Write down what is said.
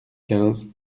quinze